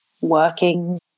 working